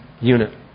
unit